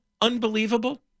unbelievable